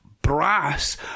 Brass